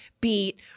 beat